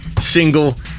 single